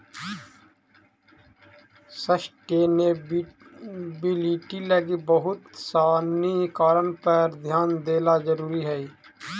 sustainability लगी बहुत सानी कारक पर ध्यान देला जरुरी हई